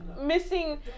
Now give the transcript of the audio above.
missing